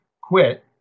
quit